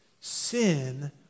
Sin